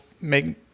make